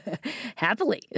Happily